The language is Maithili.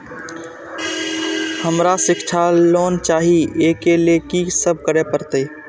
हमरा शिक्षा लोन चाही ऐ के लिए की सब करे परतै?